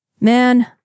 Man